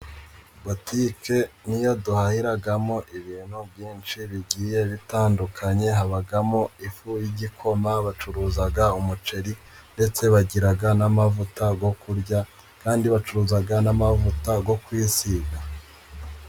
Butike ni yo duhahiramo ibintu byinshi bigiye bitandukanye: Habamo ifu y'igikoma, bacuruza umuceri ndetse bagira n'amavuta yo kurya kandi bacuruza n'amavuta yo kwisiga.